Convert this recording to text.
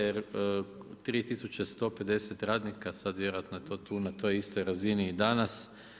Jer 3150 radnika sad vjerojatno je to tu na toj istoj razini i danas.